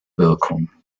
wirkung